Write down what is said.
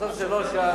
בסוף זה לא ש"ס,